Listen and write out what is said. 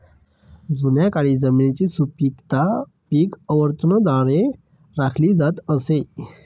जुन्या काळी जमिनीची सुपीकता पीक आवर्तनाद्वारे राखली जात असे